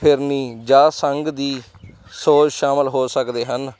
ਫਿਰਨੀ ਜਾਂ ਸੰਗ ਦੀ ਸੋਚ ਸ਼ਾਮਿਲ ਹੋ ਸਕਦੇ ਹਨ